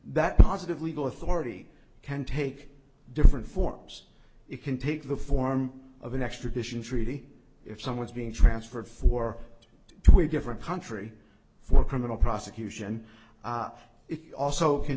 that positive legal authority can take different forms it can take the form of an extradition treaty if someone's being transferred for to a different country for criminal prosecution it also can